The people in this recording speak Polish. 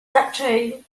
prędzej